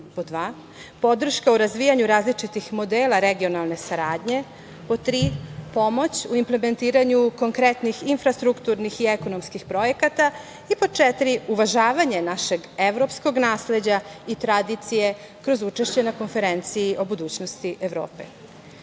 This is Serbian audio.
pod dva – podrška u razvijanju različitih modela regionalne saradnje, pod tri – pomoć u implementiranju konkretnih infrastrukturnih i ekonomskih projekata i pod četiri – uvažavanje našeg evropskog nasleđa i tradicije kroz učešće na Konferenciji o budućnosti Evrope. Svakako